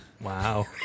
wow